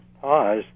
pause